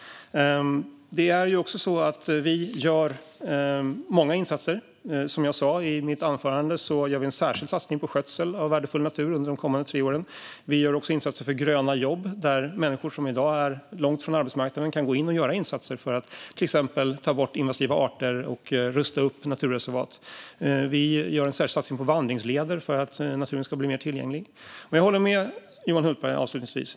Det är också så att vi gör många insatser. Som jag sa i mitt tidigare anförande gör vi en särskild satsning på skötsel av värdefull natur under de kommande tre åren. Vi gör också insatser för gröna jobb där människor som i dag är långt från arbetsmarknaden kan gå in och göra insatser för att till exempel ta bort invasiva arter och rusta upp naturreservat. Vi gör en särskild satsning på vandringsleder för att naturen ska bli mer tillgänglig. Jag håller avslutningsvis med Johan Hultberg.